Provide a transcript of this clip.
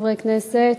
חברי הכנסת,